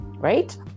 right